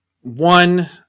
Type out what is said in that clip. One